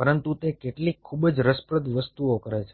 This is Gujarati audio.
પરંતુ તે કેટલીક ખૂબ જ રસપ્રદ વસ્તુઓ કરે છે